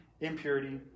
impurity